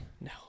No